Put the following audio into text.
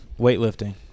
Weightlifting